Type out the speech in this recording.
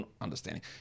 understanding